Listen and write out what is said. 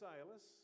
Silas